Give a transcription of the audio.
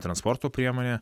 transporto priemonė